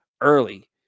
early